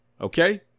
Okay